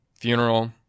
funeral